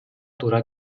туура